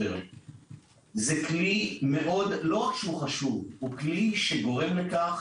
-- זה כלי לא רק חשוב אלא הוא גורם לכך